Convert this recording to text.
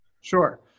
Sure